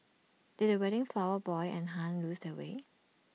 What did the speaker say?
did the wedding flower boy and Hun lose their way